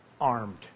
armed